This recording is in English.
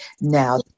now